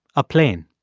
a plane.